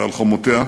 ועל חומותיה,